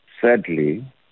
sadly